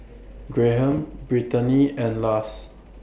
Graham Brittaney and Lars